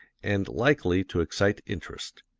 and likely to excite interest.